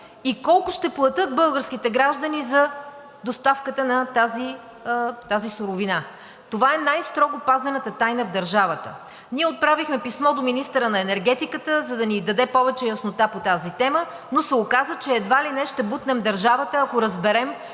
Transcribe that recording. колко ще платят българските граждани за доставката на тази суровина?! Това е най-строго пазената тайна в държавата. Ние отправихме писмо до министъра на енергетиката, за да ни даде повече яснота по тази тема. Оказа се, че едва ли не ще бутнем държавата, ако разберем